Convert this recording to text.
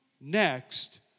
next